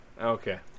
Okay